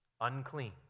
unclean